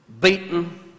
beaten